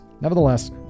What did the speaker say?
nevertheless